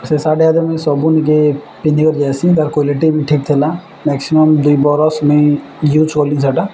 ସେ ସାର୍ଟ ମୁଇଁ ସବୁ ନେଇକି ପିନ୍ଧିକରି ଯିଏସି କ୍ଵାଲିଟି ବି ଠିକ୍ ଥିଲା ମ୍ୟାକ୍ସିମମ୍ ଦୁଇ ବରସ୍ ମୁଇଁ ୟୁଜ୍ କଲି ସେଟା